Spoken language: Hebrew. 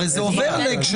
הרי זה עובר להקשר הזה.